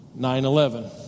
9-11